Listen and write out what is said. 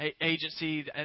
agency